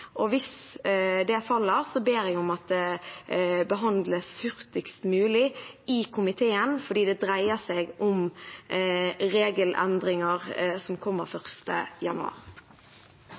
det. Hvis det forslaget faller, ber jeg om at det behandles hurtigst mulig i komiteen, for det dreier seg om regelendringer som gjelder fra 1. januar.